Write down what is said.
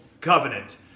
covenant